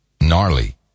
gnarly